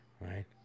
Right